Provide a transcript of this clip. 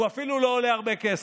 הוא אפילו לא עולה הרבה כסף.